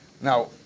Now